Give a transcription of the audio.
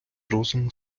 розуму